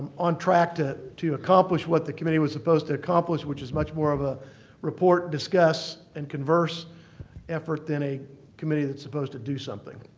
on track to to accomplish what the committee was supposed to accomplish, which is much more of a report, discuss and converse effort than a committee that's supposed to do something